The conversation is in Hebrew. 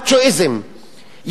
מצ'ואיזם,